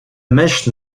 mèche